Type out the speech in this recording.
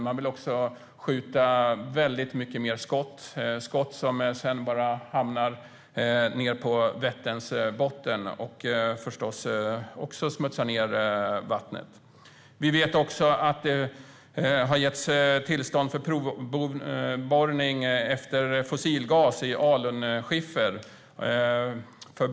Man vill också skjuta många fler skott som sedan hamnar på Vätterns botten och smutsar ned vattnet. Bolaget Gripen Gas har fått tillstånd för provborrning efter fossilgas i alunskiffer.